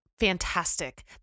fantastic